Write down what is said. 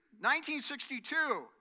1962